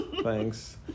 thanks